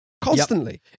constantly